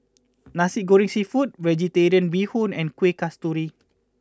Nasi Goreng Seafood Vegetarian Bee Hoon and Kuih Kasturi